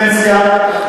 פנסיה.